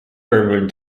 urban